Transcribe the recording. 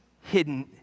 hidden